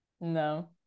no